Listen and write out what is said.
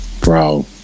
Bro